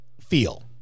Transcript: feel